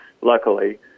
Luckily